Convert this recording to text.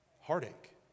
heartache